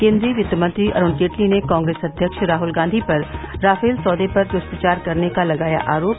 केन्द्रीय वित्त मंत्री अरुण जेटली ने कांग्रेस अध्यक्ष राहुल गांधी पर राफेल सौदे पर दुष्प्रचार करने का लगाया आरोप